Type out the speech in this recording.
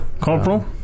Corporal